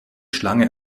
schlange